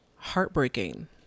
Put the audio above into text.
heartbreaking